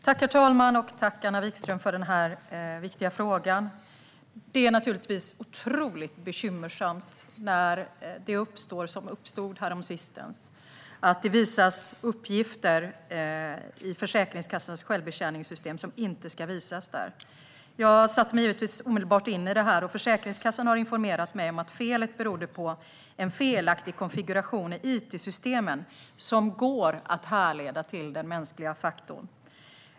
Herr talman! Tack för den viktiga frågan, Anna Vikström! Det är otroligt bekymmersamt att sådant sker, att uppgifter i Försäkringskassans självbetjäningssystem som inte ska visas där visas. Jag satte mig givetvis in i det här omedelbart. Försäkringskassan har informerat mig om att felet berodde på en felaktig konfiguration i it-systemen, som går att härleda till den mänskliga faktorn.